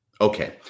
Okay